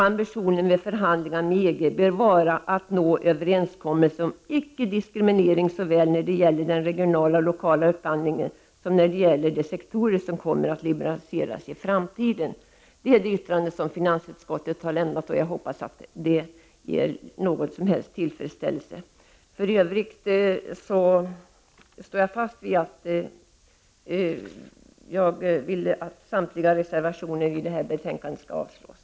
Ambitionen vid förhandlingar med EG bör vara att nå överenskommelse om icke-diskriminering såväl när det gäller den regionala och lokala upphandlingen som när det gäller de sektorer som kommer att liberaliseras i framtiden.” Detta är det yttrande som finansutskottet har lämnat, och jag hoppas att det kan anses vara tillfredsställande. För övrigt står jag fast vid att samtliga reservationer i betänkandet bör avslås.